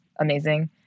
amazing